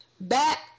back